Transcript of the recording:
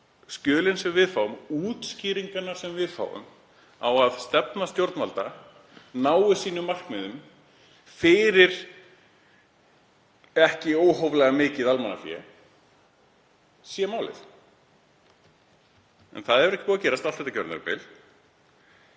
skjölin sem við fáum, útskýringarnar sem við fáum um að stefna stjórnvalda nái sínum markmiðum fyrir ekki óhóflega mikið almannafé, séu málið. En það hefur ekki gerast allt þetta kjörtímabil,